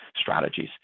strategies